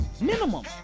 Minimum